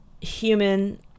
human